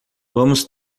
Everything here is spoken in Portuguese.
vamos